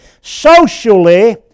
Socially